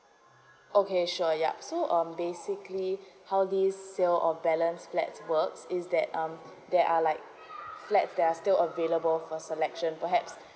okay sure yup so um basically how this sale of balance flats works is that um there are like flats there are still available for selection perhaps